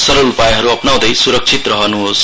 सरल उपायहरू अपनाउँदै सुरक्षित रहनुहोस्